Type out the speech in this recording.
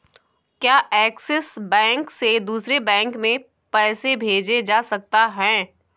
क्या Axis bank से दूसरे बैंक में पैसे भेजे जा सकता हैं?